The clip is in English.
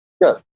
Yes